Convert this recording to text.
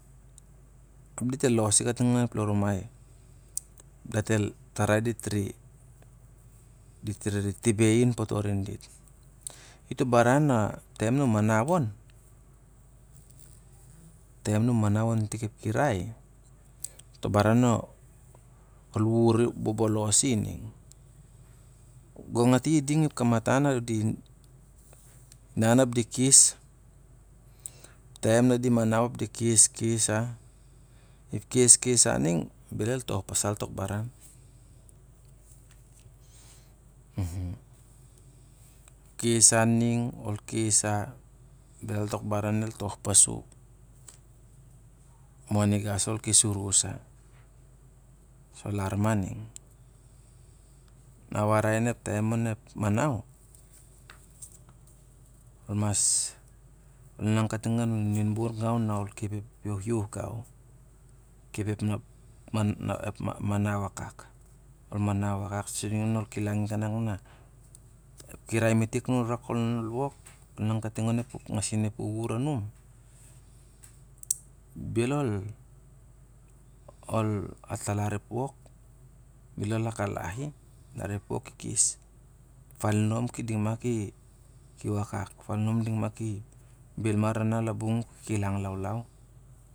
Dit el lusi katug on ep long rumai. Dat el, ep tarai dit re, dit rere tibe i an potor ria dit. Eptaiai na ol wur bobolosi ning. Gong ati i ding kamatan na ding inan ap di kes. Na ki kes, kes sa ding be el to pas al tok baran. Kes sa ning, ol kes su, belal tok baran el toh pas u, ma u aainga sa ol kes urus so, lar ma ning. A warai na on ep taim onep manau, ol mas inaa kating on ep aen bual gau, ol kep ep yuhyuh gau. Kep ep manau akak, ol manau akak sur ding ol kilangi kanak na ep kirai metik na ol rak ol wok, inau kating ona puken na i ngasia ep wuwur anum, bel ol atalar ep wok bel ol akalah i, ep woki les. Ep falinoai ding mah wakak. Bel na lar na kebong a kikiang laulau.